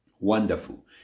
wonderful